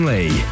Lee